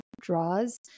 draws